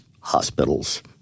hospitals